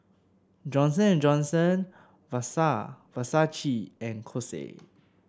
Johnson And Johnson Versace and Kose